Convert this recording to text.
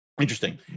Interesting